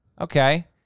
Okay